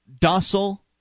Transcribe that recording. docile